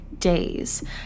days